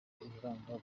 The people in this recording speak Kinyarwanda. ibiranga